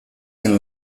zen